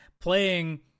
playing